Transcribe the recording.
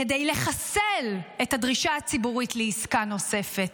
כדי לחסל את הדרישה הציבורית לעסקה נוספת.